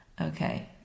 Okay